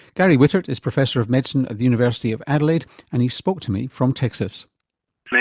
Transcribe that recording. gary wittert is professor of medicine at the university of adelaide and he spoke to me from texas.